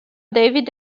david